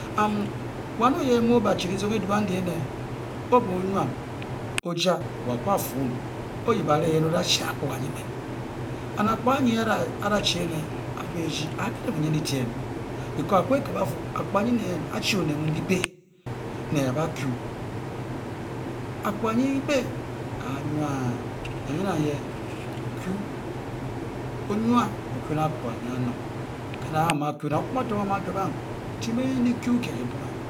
Oned-mu o-ba chi kisen ed andyi énè o-ba o nyuam wo a-kwu a-fuun, onyih-bareh-o-ba-chi akpuga ne-mane. n-akpuga anyi a-be e-rdi a-kwi ne-kinyin detriiem, bcos aku-kabe afu akupuga yin-ne chi oned mun kyibi ne-a-be kwi, akpuga ne kyibi a-nyua nang ye mng ye o’-kwi, o-nyua o kwi ne akpuga ne kinong, ke na nang-bato mu amuia juwabe dehem eye gi kwi gi-ked gibonge.